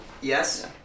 Yes